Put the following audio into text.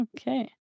Okay